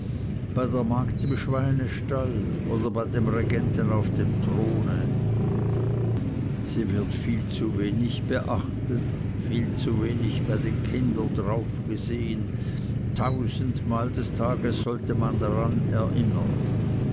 bei der magd im schweinestall oder bei dem regenten auf dem throne sie wird viel zu wenig beachtet viel zu wenig bei den kindern darauf gesehen tausendmal des tages sollte man daran erinnern